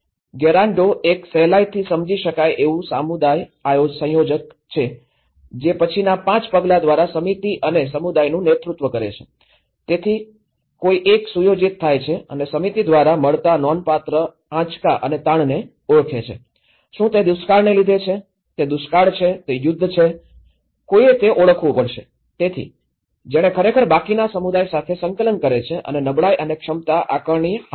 તેથી ગેરાન્ડો એક સહેલાઇથી સમજી શકાય તેવું સમુદાય સંયોજક છે જે પછીના 5 પગલાં દ્વારા સમિતિ અને સમુદાયનું નેતૃત્વ કરે છે તેથી કોઈ એક સુયોજિત થાય છે અને સમિતિ દ્વારા મળતા નોંધપાત્ર આંચકા અને તાણને ઓળખે છે શું તે દુષ્કાળને લીધે છે તે દુષ્કાળ છે તે યુદ્ધ છે કોઈએ તે ઓળખવું પડશે તેથી તે છે જેણે ખરેખર બાકીના સમુદાય સાથે સંકલન કરે છે અને નબળાઈ અને ક્ષમતા આકારણી હાથ ધરે છે